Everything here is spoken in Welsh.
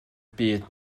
byd